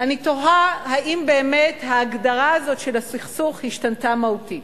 אני תוהה אם באמת ההגדרה הזאת של הסכסוך השתנתה מהותית.